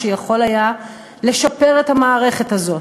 שיכול היה לשפר את המערכת הזאת.